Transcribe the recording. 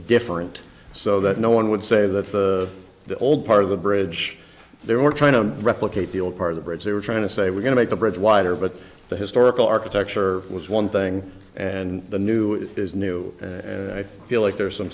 different so that no one would say that the the old part of the bridge they were trying to replicate the old part of the bridge they were trying to say we're going to make the bridge wider but the historical architecture was one thing and the new is new and i feel like there's some